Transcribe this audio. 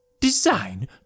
Design